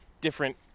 different